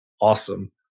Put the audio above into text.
awesome